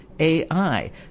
AI